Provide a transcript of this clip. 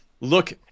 look